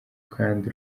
kandi